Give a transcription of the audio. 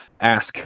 ask